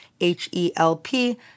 H-E-L-P